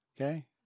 okay